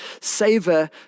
Savor